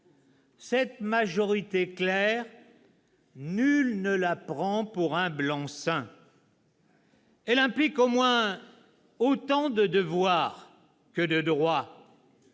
Cette majorité claire, nul ne la prend pour un blanc-seing. Elle implique au moins autant de devoirs que de droits.